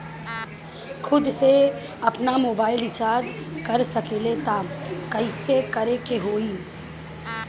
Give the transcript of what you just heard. खुद से आपनमोबाइल रीचार्ज कर सकिले त कइसे करे के होई?